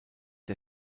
der